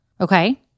okay